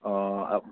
অঁ